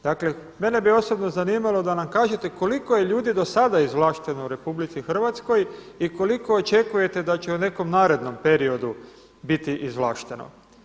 Dakle, mene bi osobno zanimalo da nam kažete koliko je ljudi do sada izvlašteno u RH i koliko očekujete da će u nekom narednom periodu biti izvlašteno.